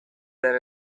than